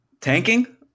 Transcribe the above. Tanking